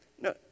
No